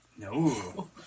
No